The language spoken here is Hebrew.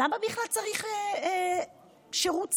למה בכלל צריך שירות ציבורי?